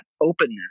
openness